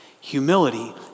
Humility